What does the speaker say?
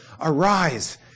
arise